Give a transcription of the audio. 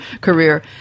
career